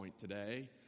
today